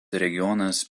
regionas